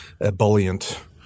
ebullient